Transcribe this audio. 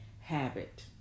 habit